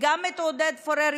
וגם את עודד פורר,